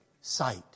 sight